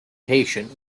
patient